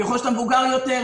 ככול שאתה מבוגר יותר,